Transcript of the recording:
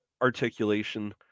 articulation